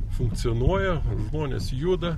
funkcionuoja žmonės juda